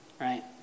right